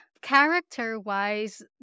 character-wise